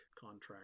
contract